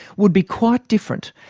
would be quite different.